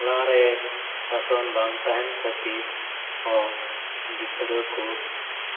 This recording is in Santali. ᱚᱲᱟᱜ ᱨᱮ ᱥᱟᱥᱚᱱ ᱵᱟᱝ ᱛᱟᱦᱮᱱ ᱠᱷᱟᱹᱛᱤᱨ ᱦᱚᱸ ᱜᱤᱫᱽᱨᱟᱹ ᱠᱚ